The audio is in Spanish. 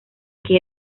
que